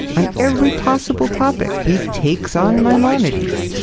on every possible topic, he takes on maimonides.